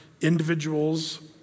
individuals